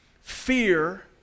Fear